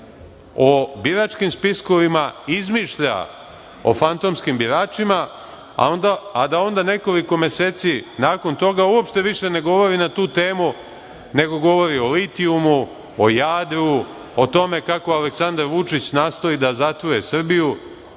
o biračkim spiskovima, izmišlja o fantomskim biračima, a da onda nekoliko meseci nakon toga uopšte više ne govori na tu temu, nego govori o litijumu, o Jadru, o tome kako Aleksandar Vučić nastoji da zatruje Srbiju.